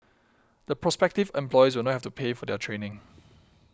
the prospective employees will not have to pay for their training